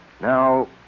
Now